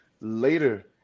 later